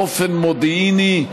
באופן מודיעיני,